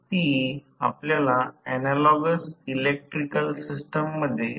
जेथे v a b j x m आहे